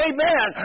Amen